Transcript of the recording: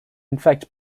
infect